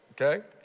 okay